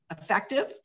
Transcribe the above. effective